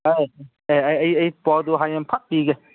ꯑꯥ ꯑꯩ ꯑꯩ ꯑꯩ ꯑꯩ ꯄꯥꯎꯗꯨ ꯍꯌꯦꯡ ꯐꯠ ꯄꯤꯒꯦ